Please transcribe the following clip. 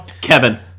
kevin